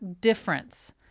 difference